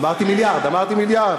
אמרתי מיליארד.